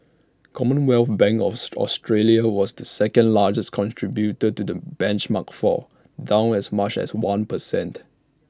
commonwealth bank of Australia was the second largest contributor to the benchmark's fall down as much as one per cent